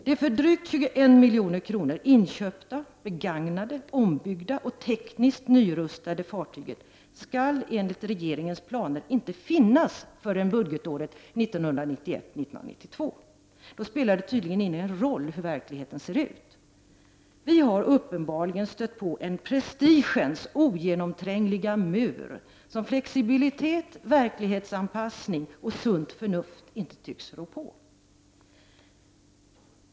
Det för drygt 21 milj.kr. inköpta, begagnade, ombyggda och tekniskt nyutrustade fartyget skall enligt regeringens planer inte finnas förrän budgetåret 1991/92. Då spelar det tydligen ingen roll hur verkligheten ser ut. Vi har uppenbarligen stött på en prestigens ogenomträngliga mur som flexibilitet, verklighetsanpassning och sunt förnuft inte tycks kunna rå på.